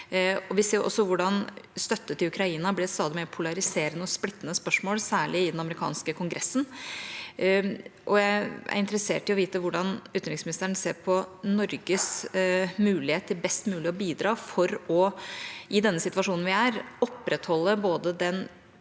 Vi ser også hvordan støtte til Ukraina blir et stadig mer polariserende og splittende spørsmål, særlig i den amerikanske kongressen. Jeg er interessert i å vite hvordan utenriksministeren ser på Norges mulighet til best mulig å bidra til, i den situasjonen vi er i, å opprettholde både den